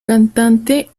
cantante